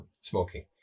smoking